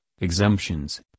exemptions